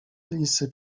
lisy